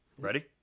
Ready